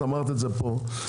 את אמרת זה פה,